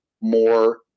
more